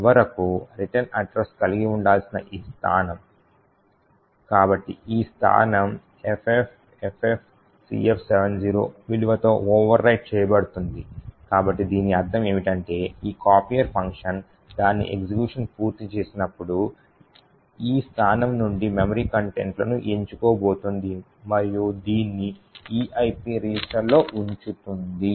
చివరకు return address కలిగి ఉండాల్సిన ఈ స్థానం కాబట్టి ఈ స్థానం FFFFCF70 విలువతో ఓవర్ రైట్ చేయబడుతుంది కాబట్టి దీని అర్థం ఏమిటంటే ఈ copier ఫంక్షన్ దాని ఎగ్జిక్యూషన్ పూర్తి చేసినప్పుడు ఈ స్థానం నుండి మెమరీ కంటెంట్ లను ఎంచుకోబోతోంది మరియు దీన్ని EIP రిజిస్టర్లో ఉంచుతుంది